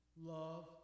love